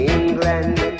England